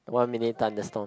one minute thunderstorm